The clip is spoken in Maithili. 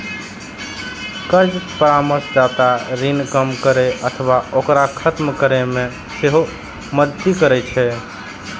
कर्ज परामर्शदाता ऋण कम करै अथवा ओकरा खत्म करै मे सेहो मदति करै छै